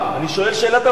לא, אל תשאל שאלה.